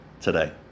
today